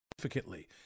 significantly